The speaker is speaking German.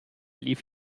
lief